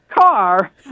car